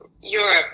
Europe